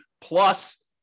plus